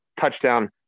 touchdown